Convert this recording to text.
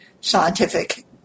scientific